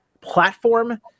platform